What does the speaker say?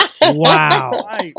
Wow